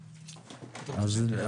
כזה.